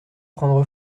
prendre